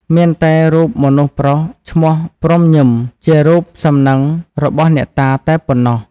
មានតែរូបមនុស្សប្រុសឈ្មោះ ព្រំុ-ញឹម ជារូបសំណឹងរបស់អ្នកតាតែប៉ុណ្ណោះ។